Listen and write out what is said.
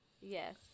Yes